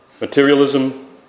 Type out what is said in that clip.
Materialism